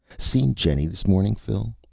seen jenny this morning, phil?